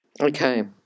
Okay